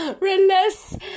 Release